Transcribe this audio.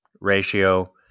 ratio